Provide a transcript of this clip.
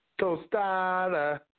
Tostada